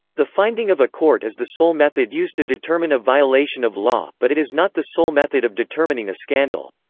the finding of a court is the sole method used to determine a violation of law, but it is not the sole method of determining a scandal.